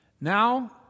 Now